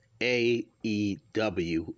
AEW